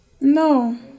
No